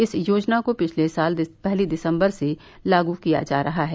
इस योजना को पिछले साल पहली दिसम्बर से लागू किया जा रहा है